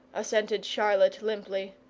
assented charlotte, limply.